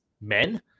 men